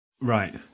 right